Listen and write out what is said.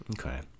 okay